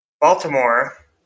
Baltimore